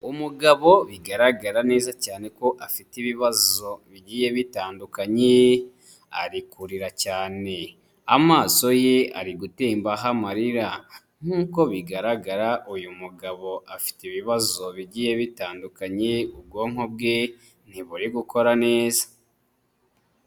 Umugabo bigaragara neza cyane ko afite ibibazo bigiye bitandukanye, ari kurira cyane amaso ye ari gutembaho amarira,' nkuko bigaragara uyu mugabo afite ibibazo bigiye bitandukanye, ubwonko bwe ntiburi gukora neza.